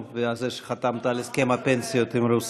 ועל זה שחתמת על הסכם הפנסיות עם רוסיה.